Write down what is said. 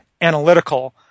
analytical